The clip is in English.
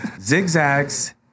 Zigzags